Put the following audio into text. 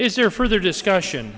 is there further discussion